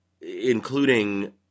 including